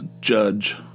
judge